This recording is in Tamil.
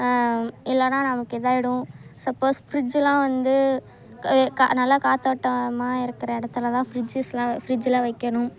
இல்லைன்னா நமக்கு இதாகிடும் சப்போஸ் ஃபிரிட்ஜுலாம் வந்து நல்லா காற்றோட்டமா இருக்கிற இடத்துலதான் ஃபிரிட்ஜஸ்லாம் ஃபிரிட்ஜுலாம் வெக்கணும்